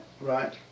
Right